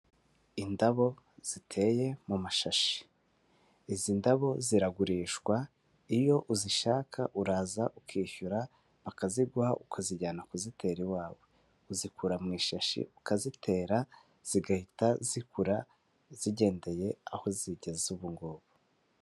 Indabo ziteye mu mashashi, izi ndabo ziragurishwa iyo uzishaka uraza ukishyura bakaziguha ukazijyana kuzitera iwawe. Uzikura mu ishashi ukazitera, zigahita zikura zigendeye aho zigeze ubungubu.